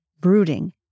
brooding